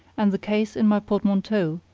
and the case in my portmanteau,